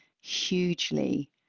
hugely